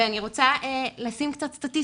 אני רוצה לשים על השולחן קצת סטטיסטיקות,